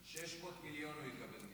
600 מיליון הוא יקבל מזה.